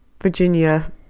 Virginia